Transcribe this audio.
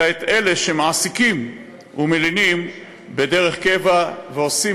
אלה שמעסיקים ומלינים דרך קבע ועושים